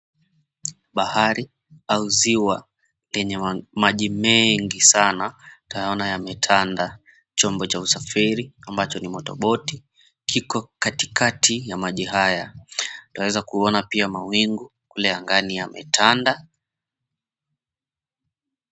Bahari au ziwa lenye maji mengi sana utaona yametanda, chombo cha kusafiri ambacho ni Motoboti kiko katikati ya maji haya, twaweza kuona pia mawingu kule angani yametanda.